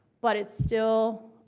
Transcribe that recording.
but it still